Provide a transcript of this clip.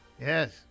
yes